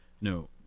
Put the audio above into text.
No